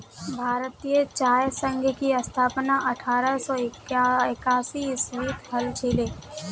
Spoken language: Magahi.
भारतीय चाय संघ की स्थापना अठारह सौ एकासी ईसवीत हल छिले